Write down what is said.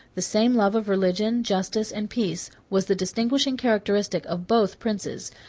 the same love of religion, justice, and peace, was the distinguishing characteristic of both princes.